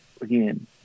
again